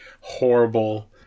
horrible